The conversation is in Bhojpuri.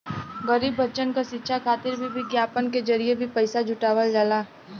गरीब बच्चन क शिक्षा खातिर भी विज्ञापन के जरिये भी पइसा जुटावल जाला